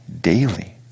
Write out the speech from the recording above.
daily